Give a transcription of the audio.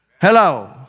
Hello